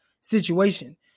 situation